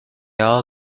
all